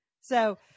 So-